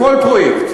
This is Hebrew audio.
בכל פרויקט.